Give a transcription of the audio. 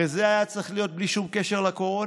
הרי זה היה צריך להיות בלי שום קשר לקורונה,